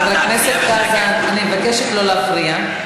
חבר הכנסת חזן, אני מבקשת לא להפריע.